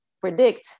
predict